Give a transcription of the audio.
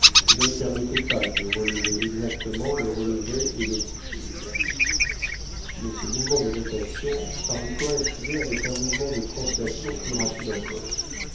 ne permettait pas de relever exactement le lever et le coucher des astres mais ce mouvement de rotation parut coïncider avec un mouvement de translation plus rapide encore